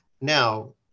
now